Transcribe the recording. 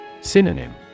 synonym